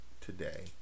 today